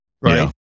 Right